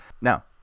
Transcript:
now